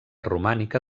romànica